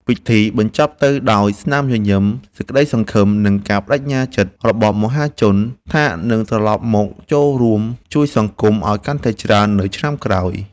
ពិធីបញ្ចប់ទៅដោយស្នាមញញឹម ក្ដីសង្ឃឹម និងការប្តេជ្ញាចិត្តរបស់មហាជនថានឹងត្រលប់មកចូលរួមជួយសង្គមឱ្យកាន់តែច្រើននៅឆ្នាំក្រោយ។